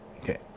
Okay